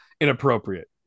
inappropriate